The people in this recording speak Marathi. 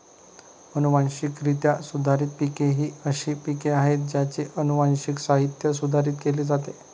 अनुवांशिकरित्या सुधारित पिके ही अशी पिके आहेत ज्यांचे अनुवांशिक साहित्य सुधारित केले जाते